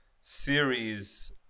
series